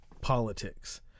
politics